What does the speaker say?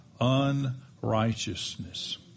unrighteousness